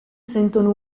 sentono